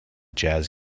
jazz